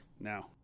now